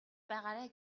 байгаарай